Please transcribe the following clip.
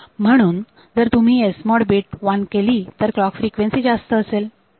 म्हणून जर तुम्ही SMOD बीट 1 केली तर क्लॉक फ्रिक्वेन्सी जास्त असेल